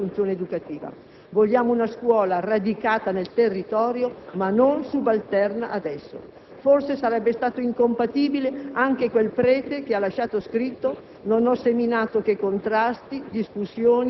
tanto nella crescita culturale dei ragazzi quanto nella funzione educativa. Vogliamo una scuola radicata nel territorio, ma non subalterna ad esso. Forse sarebbe stato incompatibile anche quel prete che ha lasciato scritto: